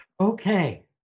okay